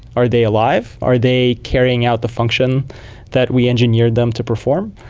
are they alive, are they carrying out the function that we engineered them to perform?